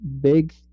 big